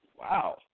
Wow